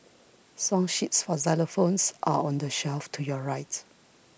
song sheets for xylophones are on the shelf to your right